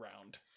round